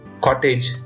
cottage